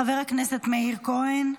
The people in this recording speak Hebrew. חבר הכנסת מאיר כהן,